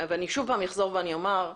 אני שוב פעם אחזור ואני אומר,